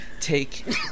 take